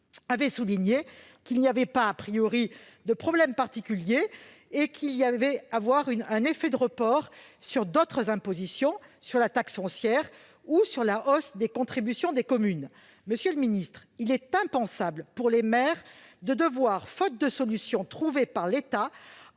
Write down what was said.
avait souligné qu'il n'existait pas de problème particulier et qu'il y aurait « un effet de report sur d'autres impositions », notamment sur la taxe foncière et sur la hausse des contributions des communes. Monsieur le ministre, il est impensable pour les maires de devoir, faute de solution trouvée par l'État,